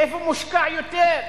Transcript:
איפה מושקע יותר.